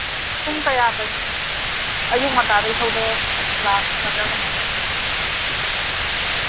ꯄꯨꯡ ꯀꯌꯥꯗꯒꯤ ꯑꯌꯨꯛ ꯉꯟꯇꯥꯗꯒꯤ ꯊꯧꯗꯣꯔꯛ ꯂꯥꯛꯀꯗ꯭ꯔꯥ ꯀꯃꯥꯏꯅ ꯇꯧꯅꯤ